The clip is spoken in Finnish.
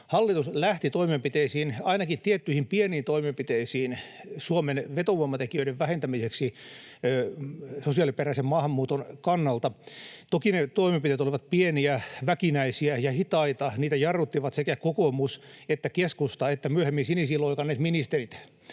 toimenpiteisiin, ainakin tiettyihin pieniin toimenpiteisiin, Suomen vetovoimatekijöiden vähentämiseksi sosiaaliperäisen maahanmuuton kannalta. Toki ne toimenpiteet olivat pieniä, väkinäisiä ja hitaita, ja niitä jarruttivat sekä kokoomus että keskusta että myöhemmin sinisiin loikanneet ministerit,